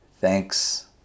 Thanks